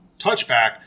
touchback